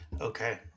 Okay